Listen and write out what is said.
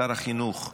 שר החינוך,